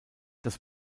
das